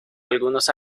algunos